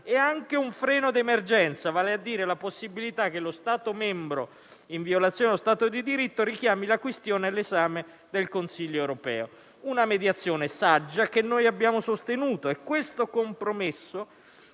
e anche un freno d'emergenza (vale a dire la possibilità che lo Stato membro, in violazione dello Stato di diritto, richiami la questione all'esame del Consiglio europeo). Una mediazione saggia che noi abbiamo sostenuto e questo compromesso,